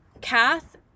Kath